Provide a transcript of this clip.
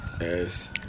Yes